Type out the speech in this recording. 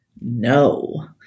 No